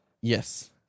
Yes